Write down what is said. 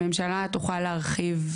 הממשלה תוכל להרחיב,